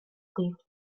rief